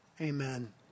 amen